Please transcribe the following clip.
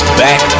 back